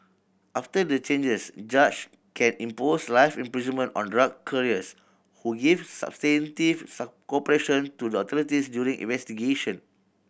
after the changes judge can impose life imprisonment on drug couriers who give substantive cooperation to the authorities during investigation